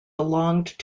belonged